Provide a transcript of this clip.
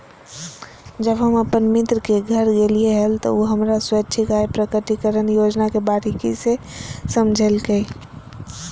जब हम अपन मित्र के घर गेलिये हल, त उ हमरा स्वैच्छिक आय प्रकटिकरण योजना के बारीकि से समझयलकय